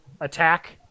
attack